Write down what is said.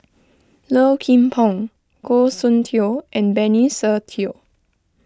Low Kim Pong Goh Soon Tioe and Benny Se Teo